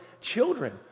Children